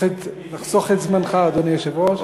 נחסוך את זמנך, אדוני היושב-ראש.